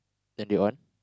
then they on